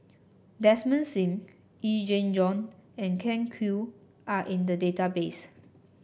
Desmond Sim Yee Jenn Jong and Ken Kwek are in the database